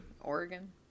oregon